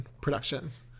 productions